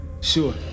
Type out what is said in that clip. Sure